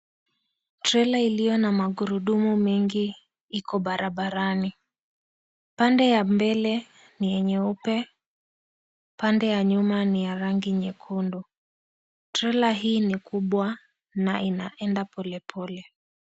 Trela iliyo na magurudumu mengi iko barabarani pande ya mbele ni nyeupe pande ya nyuma ni ya rangi nyekundu, trela hii ni kubwa na inaenda polepole.